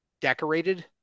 decorated